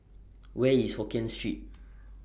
Where IS Hokien Street